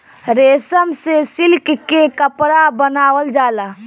रेशम से सिल्क के कपड़ा बनावल जाला